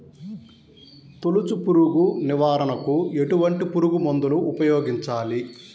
తొలుచు పురుగు నివారణకు ఎటువంటి పురుగుమందులు ఉపయోగించాలి?